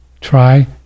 try